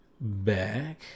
back